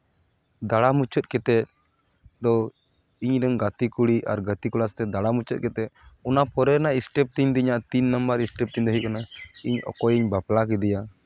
ᱫᱟᱬᱟ ᱢᱩᱪᱟᱹᱫ ᱠᱟᱛᱮᱫ ᱫᱚ ᱤᱧᱨᱮᱱ ᱜᱟᱛᱮ ᱠᱩᱲᱤ ᱟᱨ ᱜᱟᱛᱮ ᱠᱚᱲᱟ ᱥᱟᱛᱮᱫ ᱫᱟᱬᱟ ᱢᱩᱪᱟᱹᱫ ᱠᱟᱛᱮᱫ ᱚᱱᱟ ᱯᱚᱨᱮ ᱨᱮᱱᱟᱜ ᱥᱴᱮᱯ ᱛᱤᱧᱫᱚ ᱤᱧᱟᱜ ᱛᱤᱱ ᱱᱟᱢᱵᱟᱨ ᱥᱴᱮᱯ ᱛᱤᱧ ᱫᱚ ᱦᱩᱭᱩᱜ ᱠᱟᱱᱟ ᱤᱧ ᱚᱠᱚᱭᱤᱧ ᱵᱟᱯᱞᱟ ᱠᱮᱫᱮᱭᱟ